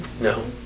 no